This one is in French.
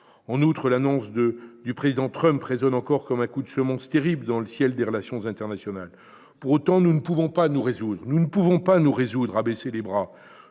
En outre, l'annonce du président Trump résonne encore comme un coup de semonce terrible dans le ciel des relations internationales. Pour autant, nous ne pouvons pas nous résoudre à baisser les bras.